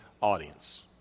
audience